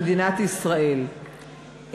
במדינת ישראל,